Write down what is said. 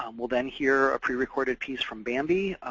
um we'll then hear a pre-recorded piece from bamby,